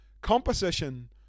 composition